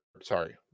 sorry